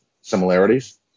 similarities